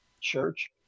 church